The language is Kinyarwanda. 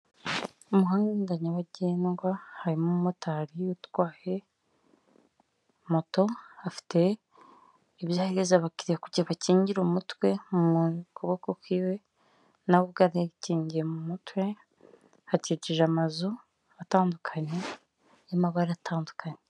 Umuhanda nyabagendwa harimo umumotari'utwa moto afite ibyo ahereza abakiriya kugirango bakigire umutwe mu kuboko kwe, nawe ubwe ari kingiye mu mutwe. Hakikije amazu atandukanye y'amabara atandukanye.